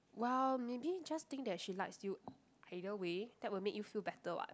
!wow! maybe just think that she likes you either way that will make you feel better what